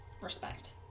respect